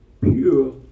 pure